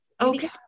okay